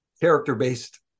character-based